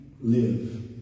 live